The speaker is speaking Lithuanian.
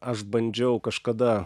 aš bandžiau kažkada